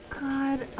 God